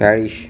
Paris